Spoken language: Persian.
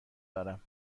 دارم